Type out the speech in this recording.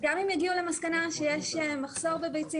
בואו נחסל את הענף.